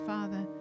Father